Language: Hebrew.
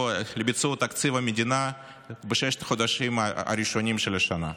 תקציב המדינה בששת החודשים הראשונים של השנה.